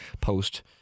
post